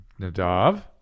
Nadav